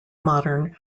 modern